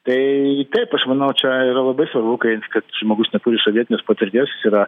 tai taip aš manau čia yra labai svarbu kai kad žmogus neturi sovietinės patirties jis yra